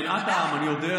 כן, את העם, אני יודע.